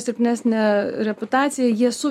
silpnesnę reputaciją jie su